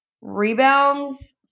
Rebounds